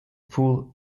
pool